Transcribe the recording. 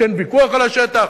כשאין ויכוח על השטח?